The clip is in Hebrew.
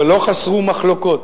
ולא חסרו מחלוקות.